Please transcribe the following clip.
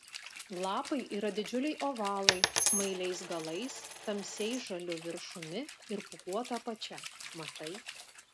lapai yra didžiuliai ovalai smailais galais tamsiai žaliu viršumi ir pūkuota apačia matai